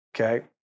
Okay